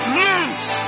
lose